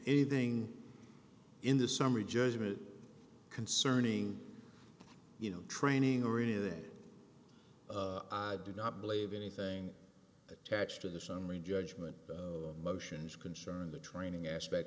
anything in the summary judgment concerning you know training or any of that i do not believe anything attached to the summary judgment motions concerning the training aspect